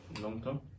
long-term